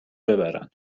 ببرن